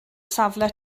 safle